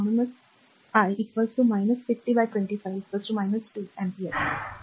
तर म्हणूनच r i 50 by 25 म्हणजेच 2 r अँपिअर बरोबर